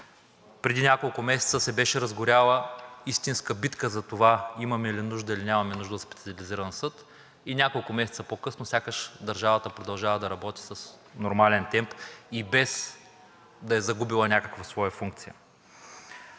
Преди няколко месеца се беше разгоряла истинска битка за това имаме ли нужда, или нямаме нужда от Специализиран съд. Няколко месеца по-късно сякаш държавата продължава да работи с нормален темп и без да е загубила някаква своя функция.